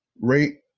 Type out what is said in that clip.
rate